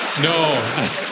No